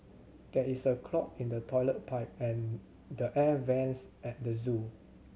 there is a clog in the toilet pipe and the air vents at the zoo